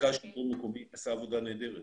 המרכז לשלטון מקומי עשה עבודה נהדרת,